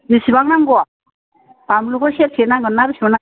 बेसेबां नांगौ बानलुखो सेरसे नांगोनना बेसेबां